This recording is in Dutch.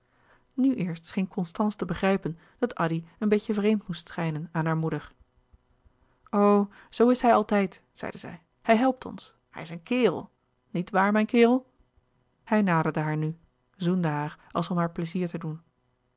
nu eerst scheen constance te begrijpen dat addy een beetje vreemd moest schijnen aan haar moeder o zoo is hij altijd zeide zij hij helpt ons hij is een kerel niet waar mijn kerel hij naderde haar nu zoende haar als om haar pleizier te doen